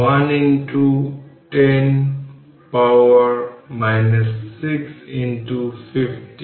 এখন equivalent capacitance জুড়ে voltage v eq হবে q eqCeq